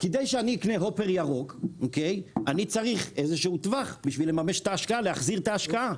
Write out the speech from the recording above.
כדי שאני אקנה הופר ירוק אני צריך איזשהו טווח כדי להחזיר את ההשקעה.